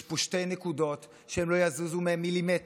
יש פה שתי נקודות שהם לא יזוזו מהן מילימטר: